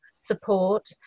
support